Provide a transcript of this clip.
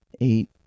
Eight